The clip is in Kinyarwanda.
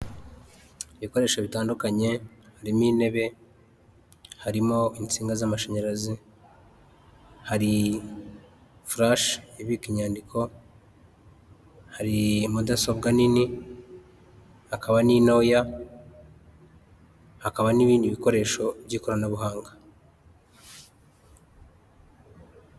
Ibikoresho bitandukanye harimo intebe harimo insinga z'amashanyarazi, hari fulashi ibika inyandiko, hari mudasobwa nini akaba n'intoya, hakaba n'ibindi bikoresho by'ikoranabuhanga.